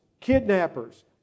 kidnappers